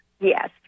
Yes